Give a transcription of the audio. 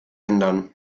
ändern